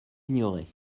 ignorée